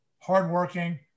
hardworking